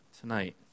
tonight